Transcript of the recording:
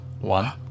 One